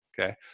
Okay